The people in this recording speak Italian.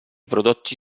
prodotti